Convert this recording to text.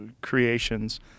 creations